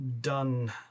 done